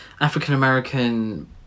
African-American